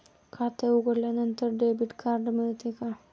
खाते उघडल्यानंतर debit card मिळते का?